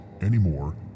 anymore